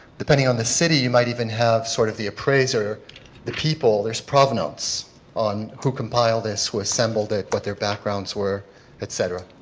depending on the city you might even have sort of the appraiser the people there is provenance who compiled this who assembled it what their backgrounds were etc.